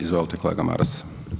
Izvolite kolega Maras.